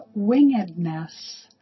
wingedness